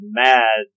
mad